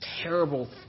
terrible